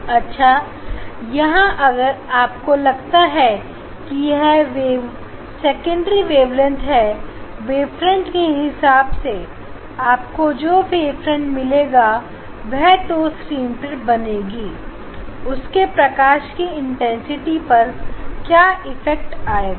अच्छा यहां अगर आपको लगता है कि यह वेव सेकेंडरी वेवलेट है वेवफ्रंट के हिसाब से आपको जो वेवफ्रंट मिलेगी वह जो स्क्रीन पर बनेगी उससे प्रकाश की इंटेंसिटी पर क्या इफेक्ट आएगा